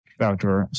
outdoor